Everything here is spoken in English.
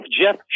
Jeff